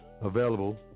Available